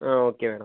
okay madam